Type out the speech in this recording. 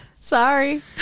Sorry